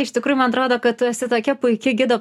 iš tikrųjų man atrodo kad tu esi tokia puiki gido